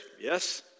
Yes